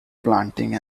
planting